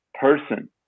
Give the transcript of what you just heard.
person